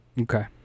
Okay